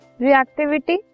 reactivity